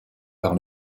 par